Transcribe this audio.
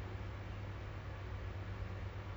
prefer face to face lah so that we